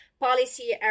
policy